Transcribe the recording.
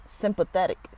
sympathetic